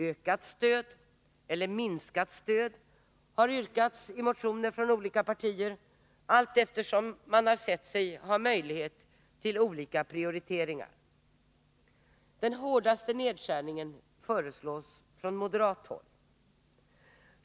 Ökat stöd eller minskat stöd har yrkats i motioner från olika partier allteftersom man ansett sig ha möjlighet till olika prioriteringar. Den hårdaste nedskärningen föreslås från moderat håll.